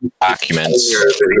documents